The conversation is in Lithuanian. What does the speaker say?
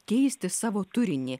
keisti savo turinį